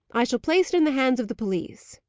i shall place it in the hands of the police.